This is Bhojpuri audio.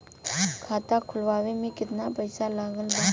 खाता खुलावे म केतना पईसा लागत बा?